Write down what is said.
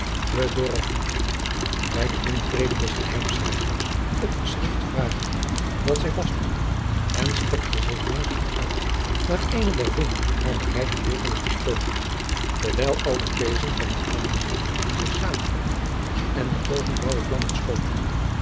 de dorre hand liet bij de intrede des geheimschrijvers het geschrift varen dat zij jacob van lennep de pleegzoon vasthield en strekte zich langzaam uit naar eene der binnen haar bereik gelegene pistoolen terwijl al de peezen van het aangezicht zich samentrokken en de oogen blaauwe vlammen schoten